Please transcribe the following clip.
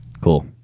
Cool